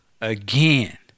again